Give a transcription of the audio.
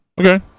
Okay